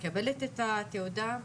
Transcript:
מקבלת את התעודה,